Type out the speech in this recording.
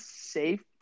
safe